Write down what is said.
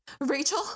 Rachel